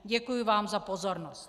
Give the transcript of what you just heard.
Děkuji vám za pozornost.